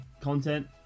content